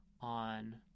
on